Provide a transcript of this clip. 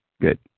good